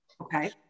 Okay